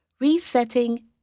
resetting